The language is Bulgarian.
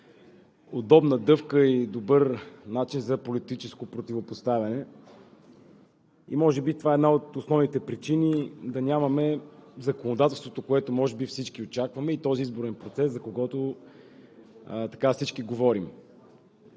удобна дъвка и добър начин за политическо противопоставяне. Може би това е една от основните причини да нямаме законодателството, което може би всички очакваме, и този изборен процес, за който всички говорим,